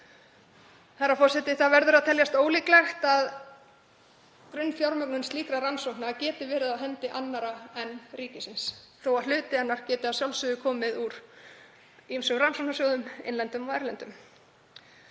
þessara breytinga. Það verður að teljast ólíklegt að grunnfjármögnun slíkra rannsókna geti verið á hendi annarra en ríkisins þótt hluti hennar geti að sjálfsögðu komið úr ýmsum rannsóknasjóðum, innlendum og erlendum.